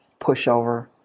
pushover